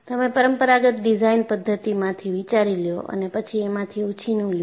તમે પરમપરાગત ડિઝાઇન પદ્ધતિમાંથી વિચારી લ્યો અને પછી એમાંથી ઉછીનું લ્યો